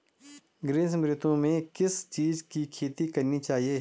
ग्रीष्म ऋतु में किस चीज़ की खेती करनी चाहिये?